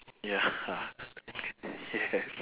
ya yes